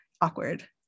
awkward